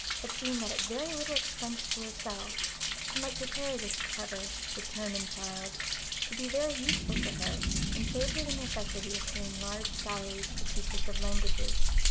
had seen that at very little expense to herself she might prepare this clever, determined child to be very useful to her and save her the necessity of paying large salaries to teachers of languages.